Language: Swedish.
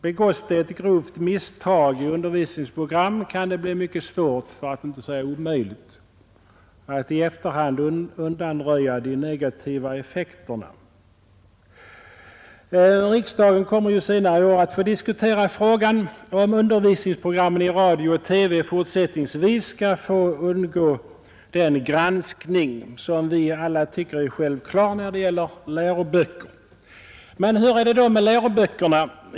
Begås det ett grovt misstag i ett undervisningsprogram kan det bli mycket svårt, för att inte säga omöjligt, att i efterhand undanröja de negativa effekterna. Riksdagen kommer senare i år att få diskutera frågan, om undervisningsprogrammen i radio och TV fortsättningsvis skall få undgå den granskning som vi alla tycker är självklar när det gäller läroböcker. Men hur är det då med läroböckerna?